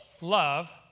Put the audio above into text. love